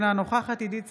אינה נוכחת עידית סילמן,